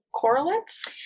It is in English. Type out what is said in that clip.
correlates